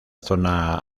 zona